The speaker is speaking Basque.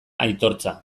aitortza